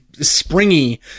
springy